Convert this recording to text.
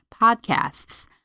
podcasts